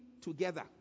together